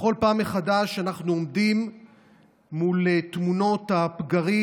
בכל פעם מחדש אנחנו עומדים מול תמונות הפגרים